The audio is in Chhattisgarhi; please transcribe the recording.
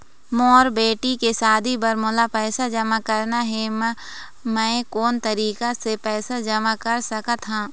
मोर बेटी के शादी बर मोला पैसा जमा करना हे, म मैं कोन तरीका से पैसा जमा कर सकत ह?